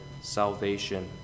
salvation